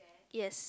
yes